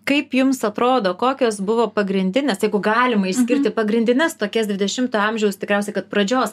kaip jums atrodo kokios buvo pagrindinės jeigu galima išskirti pagrindines tokias dvidešimto amžiaus tikriausiai kad pradžios